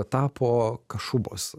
tapo kašubos